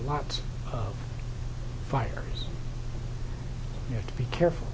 lots of fires you have to be careful